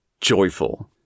joyful